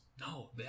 No